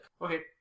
Okay